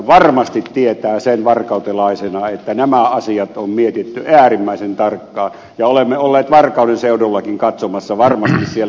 varmasti hän tietää sen varkautelaisena että nämä asiat on mietitty äärimmäisen tarkkaan ja olemme olleet varkauden seudullakin katsomassa varmasti siellä